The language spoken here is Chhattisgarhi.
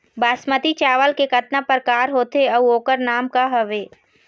बासमती चावल के कतना प्रकार होथे अउ ओकर नाम क हवे?